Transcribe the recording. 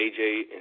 AJ